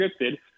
scripted